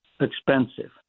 expensive